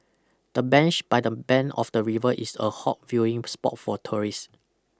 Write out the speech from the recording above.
the bench by the bend of the river is a hot viewing spot for tourists